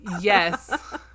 Yes